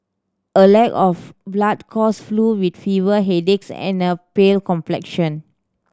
a lack of blood cause flu with fever headaches and a pale complexion